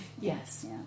Yes